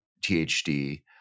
THD